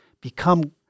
become